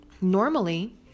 Normally